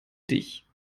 dich